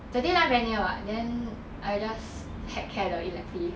the deadline very near [what] then I just heck care the elective